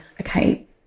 okay